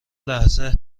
لحظه